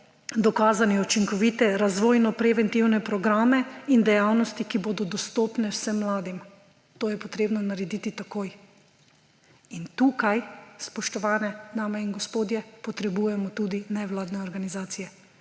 dokazane učinkovite razvojno-preventivne programe in dejavnosti, ki bodo dostopne vsem mladim, to je potrebno narediti takoj. In tukaj, spoštovani dame in gospodje, potrebujemo tudi nevladne organizacije